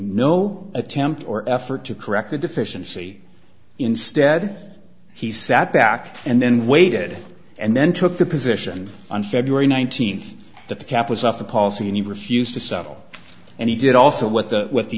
no attempt or effort to correct the deficiency instead he sat back and then waited and then took the position on feb nineteenth that the cap was off the policy and he refused to settle and he did also what the with the